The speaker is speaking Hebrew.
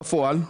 אבל היום,